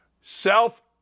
Self